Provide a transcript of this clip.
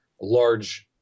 large